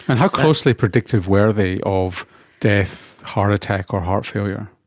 and how closely predictive were they of death, heart attack or heart failure?